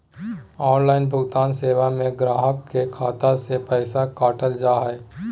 online भुगतान सेवा में गाहक के खाता से पैसा काटल जा हइ